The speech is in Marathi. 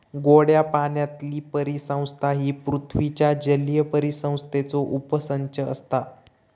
गोड्या पाण्यातीली परिसंस्था ही पृथ्वीच्या जलीय परिसंस्थेचो उपसंच असता